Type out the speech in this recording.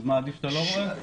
עדיף שאתה לא רואה?